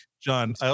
john